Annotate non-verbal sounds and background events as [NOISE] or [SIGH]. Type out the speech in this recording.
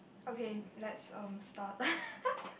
okay let's um start [LAUGHS]